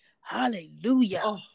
Hallelujah